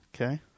Okay